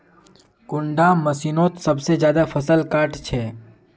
कुंडा मशीनोत सबसे ज्यादा फसल काट छै?